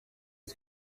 ati